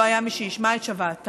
לא היה מי שישמע את שוועתן.